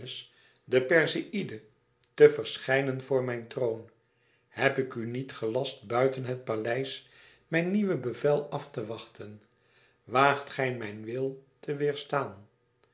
de perseïde te verschijnen voor mijn troon heb ik u niet gelast buiten het paleis mijn nieuw bevel af te wachten waagt gij mijn wil te weêrstaan